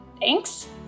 thanks